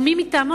או מי מטעמו,